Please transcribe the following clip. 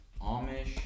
Amish